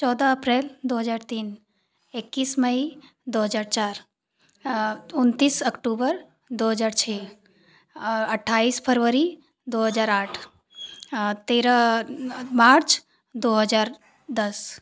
चौदह अप्रैल दो हजार तीन इक्कीस मई दो हजार चार उन्तीस अक्तूबर दो हजार छः अट्ठाइस फरवरी दो हजार आठ तेरह मार्च दो हजार दस